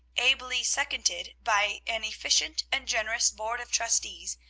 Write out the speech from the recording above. ably seconded by an efficient and generous board of trustees,